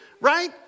right